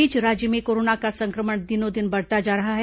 इस बीच राज्य में कोरोना का संक्रमण दिनों दिन बढ़ता जा रहा है